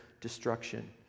destruction